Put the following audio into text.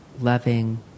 loving